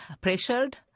pressured